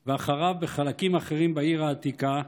ואחריו, בחלקים אחרים בעיר העתיקה,